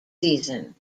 season